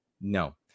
No